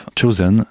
chosen